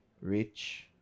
Rich